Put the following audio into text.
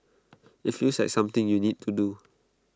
IT feels like something you need to do